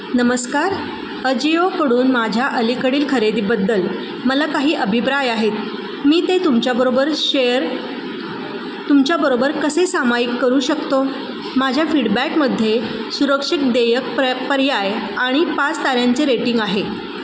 नमस्कार अजिओकडून माझ्या अलीकडील खरेदीबद्दल मला काही अभिप्राय आहेत मी ते तुमच्याबरोबर शेअर तुमच्याबरोबर कसे सामायिक करू शकतो माझ्या फीडबॅकमध्ये सुरक्षित देयक प्र पर्याय आणि पाच ताऱ्यांचे रेटिंग आहे